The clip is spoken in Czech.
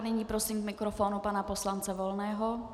Nyní prosím k mikrofonu pana poslance Volného.